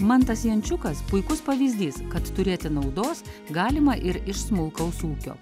mantas jančiukas puikus pavyzdys kad turėti naudos galima ir iš smulkaus ūkio